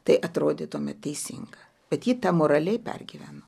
tai atrodytų neteisinga bet ji moraliai pergyveno